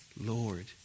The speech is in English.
Lord